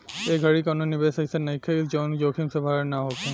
ए घड़ी कवनो निवेश अइसन नइखे जवन जोखिम से भरल ना होखे